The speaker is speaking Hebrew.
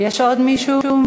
יש עוד מישהו?